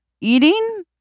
eating